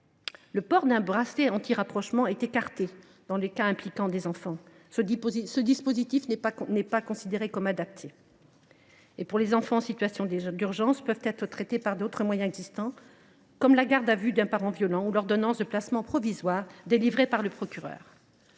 le port d’un bracelet antirapprochement est écarté dans les cas impliquant des enfants, ce dispositif n’étant pas considéré comme adapté. Pour ces derniers, les situations d’urgence peuvent être traitées par d’autres moyens existants, comme la garde à vue d’un parent violent ou l’ordonnance de placement provisoire, délivrée par le procureur.